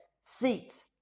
seat